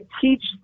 teach